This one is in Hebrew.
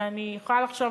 אבל אני יכולה לחשוב,